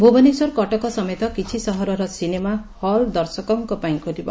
ଭୁବନେଶ୍ୱର କଟକ ସମେତ କିଛି ସହରର ସିନେମା ହଲ୍ ଦର୍ଶକଙ୍କ ପାଇଁ ଖୋଲିବ